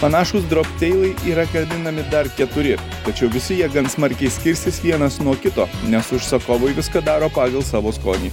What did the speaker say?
panašūs dropteilai yra gaminami dar keturi tačiau visi jie gan smarkiai skirsis vienas nuo kito nes užsakovai viską daro pagal savo skonį